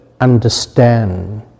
understand